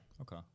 okay